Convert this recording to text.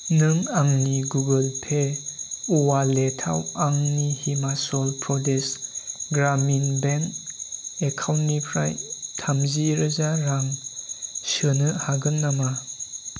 नों आंनि Google Pay अवालेटाव आंनि हिमाचल प्रदेश ग्रामिन बेंक एकाउन्टनिफ्राय थामजि रोजा रां सोनो हागोन नामा